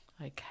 okay